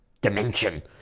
dimension